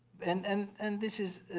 and and and this is